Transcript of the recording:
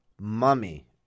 Mummy